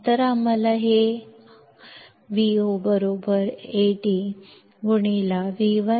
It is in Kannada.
ಆದ್ದರಿಂದ ಇದು ನಮಗೆ VoAd ಅನ್ನು ನೀಡುತ್ತದೆ